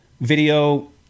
video